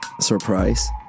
surprise